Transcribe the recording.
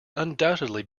undoubtedly